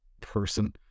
person